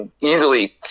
easily